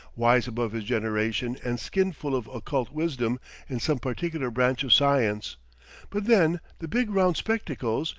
wise above his generation and skin-full of occult wisdom in some particular branch of science but then the big round spectacles,